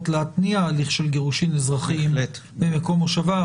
להתניע הליך גירושין אזרחי במקום מושבה,